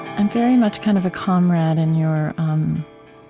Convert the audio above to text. i'm very much kind of a comrade in your